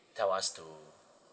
tell us to